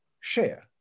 share